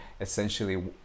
essentially